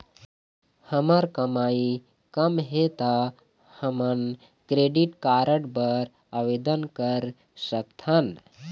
हमर कमाई कम हे ता हमन क्रेडिट कारड बर आवेदन कर सकथन?